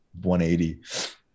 180